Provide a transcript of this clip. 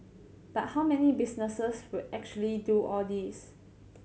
but how many businesses would actually do all this